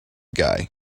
guy